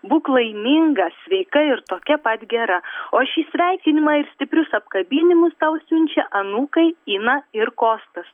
būk laiminga sveika ir tokia pat gera o šį sveikinimą ir stiprius apkabinimus tau siunčia anūkai ina ir kostas